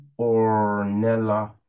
Ornella